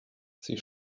sie